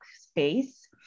space